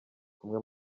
kumwe